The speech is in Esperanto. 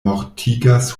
mortigas